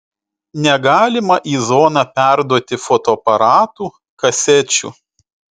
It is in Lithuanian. negalima į zoną perduoti fotoaparatų kasečių